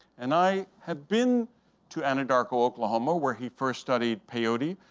and i have been to anadarko, oklahoma, where he first studied peyote.